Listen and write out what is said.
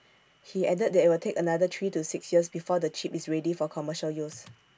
he added that IT will take another three to six years before the chip is ready for commercial use